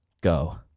Go